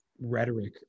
rhetoric